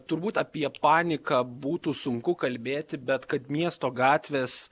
turbūt apie paniką būtų sunku kalbėti bet kad miesto gatvės